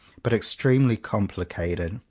but ex tremely complicated.